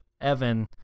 Evan